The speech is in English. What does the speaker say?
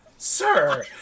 Sir